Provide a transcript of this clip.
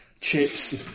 chips